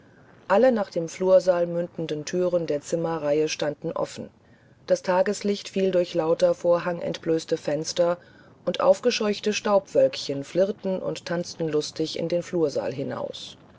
alle nach dem flursaal mündenden thüren der zimmerreihe standen offen das tageslicht fiel durch lauter vorhangentblößte fenster und aufgescheuchte staubwölkchen flirrten und tanzten lustig in den flursaal hinaus